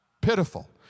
pitiful